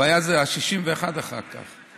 הבעיה היא ה-61 אחר כך.